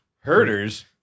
Herders